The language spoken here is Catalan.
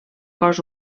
cos